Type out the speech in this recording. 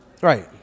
Right